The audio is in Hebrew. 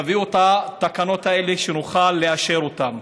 תביאו את התקנות האלה, שנוכל לאשר אותן.